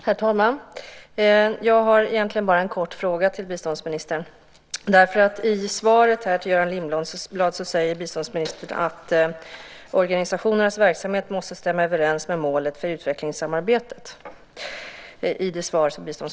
Herr talman! Jag har egentligen bara en kort fråga till biståndsministern. I det svar till Göran Lindblad som biståndsministern nyss läste upp säger hon att organisationernas verksamhet måste stämma överens med målet för utvecklingssamarbetet.